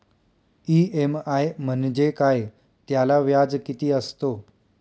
EMI म्हणजे काय? त्याला व्याज किती असतो?